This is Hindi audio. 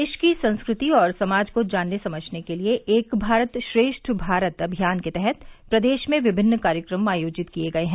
देश की संस्कृति और समाज को जानने समझने के लिए एक भारत श्रेष्ठ भारत अभियान के तहत प्रदेश में विभिन्न कार्यक्रम आयोजित किये गये हैं